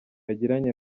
yagiranye